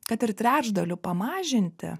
kad ir trečdaliu pamažinti